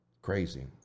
Crazy